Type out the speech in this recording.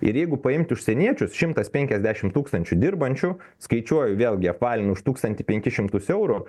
ir jeigu paimt užsieniečius šimtas penkiasdešim tūkstančių dirbančių skaičiuoju vėlgi apvalinu už tūkstantį penkis šimtus eurų